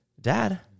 Dad